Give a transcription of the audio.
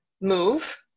move